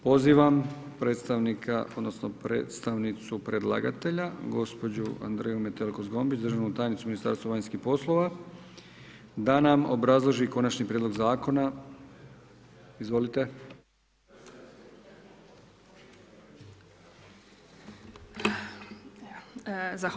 Pozivam predstavnika odnosno predstavnicu predlagatelja gospođu Andreju Metelko Zgombić, državnu tajnicu u Ministarstvu vanjskih poslova da nam obrazloži konačni prijedlog zakona, izvolite.